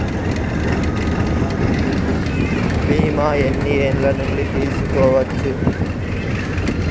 బీమా ఎన్ని ఏండ్ల నుండి తీసుకోవచ్చు?